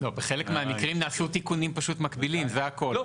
בחלק מהמקרים נעשו פשוט תיקונים מקבילים זה הכל,